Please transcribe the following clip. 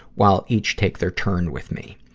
while each take their turn with me.